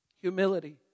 Humility